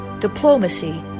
diplomacy